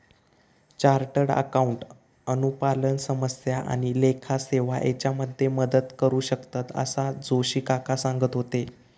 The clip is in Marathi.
चार्टर्ड अकाउंटंट अनुपालन समस्या आणि लेखा सेवा हेच्यामध्ये मदत करू शकतंत, असा जोशी काका सांगत होते